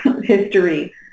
history